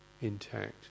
intact